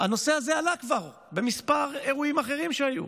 הנושא הזה כבר עלה בכמה אירועים אחרים שהיו.